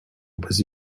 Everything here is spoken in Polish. bez